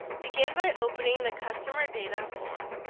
begin by opening the customerdata form.